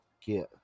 get